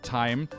time